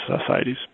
societies